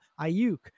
Ayuk